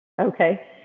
Okay